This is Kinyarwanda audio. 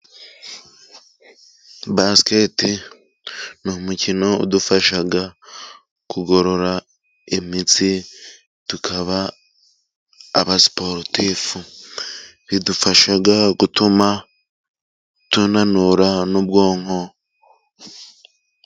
Basikete ni umukino udufasha kugorora imitsi, tukaba abasiportifu. Bidufasha gutuma tunanura n'ubwonko.